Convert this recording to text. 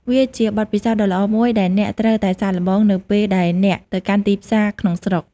វាជាបទពិសោធន៍ដ៏ល្អមួយដែលអ្នកត្រូវតែសាកល្បងនៅពេលដែលអ្នកទៅកាន់ទីផ្សារក្នុងស្រុក។